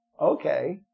okay